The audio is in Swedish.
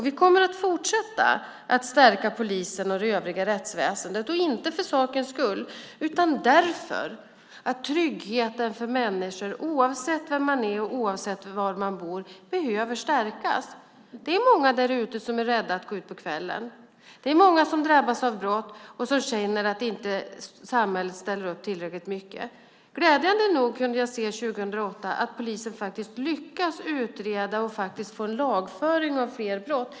Vi kommer att fortsätta att stärka polisen och det övriga rättsväsendet, inte för sakens skull, utan därför att tryggheten för människor, oavsett vem man är och var man bor, behöver stärkas. Det är många där ute som är rädda för att gå ut på kvällen. Det är många som drabbas av brott och som känner att samhället inte ställer upp tillräckligt mycket. Glädjande nog kunde jag 2008 se att polisen faktiskt lyckas utreda och få lagföring av fler brott.